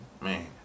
man